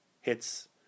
hits